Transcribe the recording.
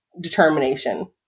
determination